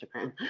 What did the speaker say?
Instagram